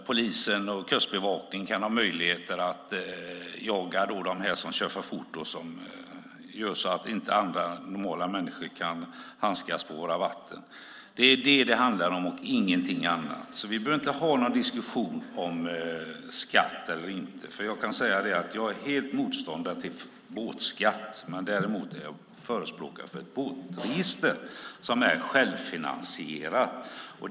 Polisen och Kustbevakningen kan också med ett sådant register få möjligheter att jaga dem som kör för fort och som gör att normala människor inte kan handskas med våra vatten så att säga. Det är vad det handlar om - ingenting annat! Vi behöver inte ha någon diskussion om skatt eller inte. Jag är helt motståndare till en båtskatt. Däremot är jag förespråkare för ett båtregister som är självfinansierat.